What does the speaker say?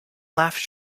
laughed